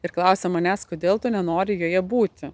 ir klausia manęs kodėl tu nenori joje būti